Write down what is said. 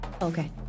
Okay